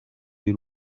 y’u